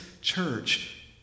church